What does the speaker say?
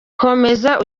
komeza